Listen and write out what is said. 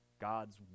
God's